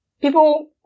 People